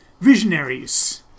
Visionaries